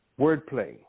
wordplay